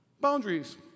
boundaries